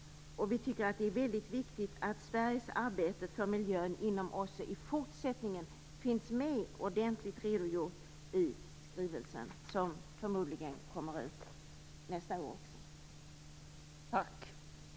Vi tycker att det är väldigt viktigt att Sveriges arbete för miljön inom OSSE finns med i fortsättningen och att det blir ordentligt redogjort i skrivelsen, som förmodligen kommer nästa år också.